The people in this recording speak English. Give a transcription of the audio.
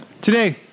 Today